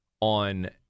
on